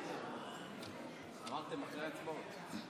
אמרתם אחרי ההצבעות.